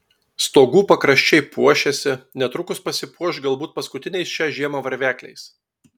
stogų pakraščiai puošiasi netrukus pasipuoš galbūt paskutiniais šią žiemą varvekliais